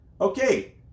Okay